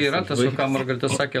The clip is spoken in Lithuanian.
yra tas va ką margarita sakė